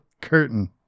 curtain